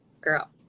girl